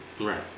Right